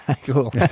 Cool